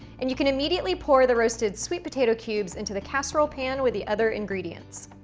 and you can immediately pour the roasted sweet potato cubes into the casserole pan with the other ingredients.